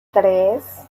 tres